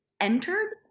entered